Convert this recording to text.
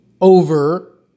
over